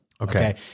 Okay